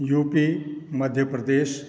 U P Madhya Pradesh